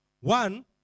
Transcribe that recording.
One